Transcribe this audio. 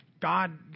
God